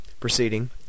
Proceeding